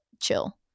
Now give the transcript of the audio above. chill